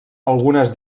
algunes